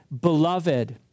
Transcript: beloved